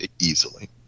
easily